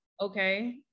Okay